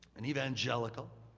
an evangelical,